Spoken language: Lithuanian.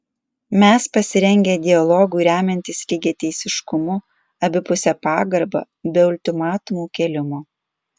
mes pasirengę dialogui remiantis lygiateisiškumu abipuse pagarba be ultimatumų kėlimo